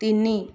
ତିନି